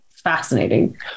fascinating